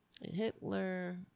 Hitler